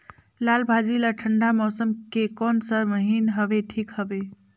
लालभाजी ला ठंडा मौसम के कोन सा महीन हवे ठीक हवे?